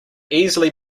easily